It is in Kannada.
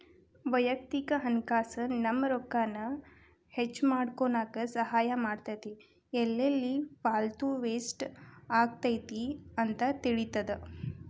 ವಯಕ್ತಿಕ ಹಣಕಾಸ್ ನಮ್ಮ ರೊಕ್ಕಾನ ಹೆಚ್ಮಾಡ್ಕೊನಕ ಸಹಾಯ ಮಾಡ್ತದ ಎಲ್ಲೆಲ್ಲಿ ಪಾಲ್ತು ವೇಸ್ಟ್ ಆಗತೈತಿ ಅಂತ ತಿಳಿತದ